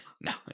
No